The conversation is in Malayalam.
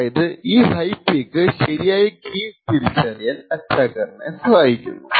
അതായത് ഈ ഹൈ പീക്ക് ശരിയായ കീ തിരിച്ചറിയാൻ അറ്റാക്ക് വേവ് സഹായിക്കുന്നു